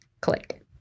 Click